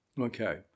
Okay